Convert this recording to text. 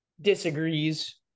disagrees